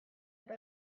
eta